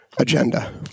agenda